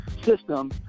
system –